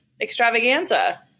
extravaganza